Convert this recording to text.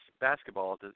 basketball